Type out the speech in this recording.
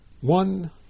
One